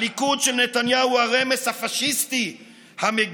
הליכוד של נתניהו הוא הרמש הפשיסטי המגיח,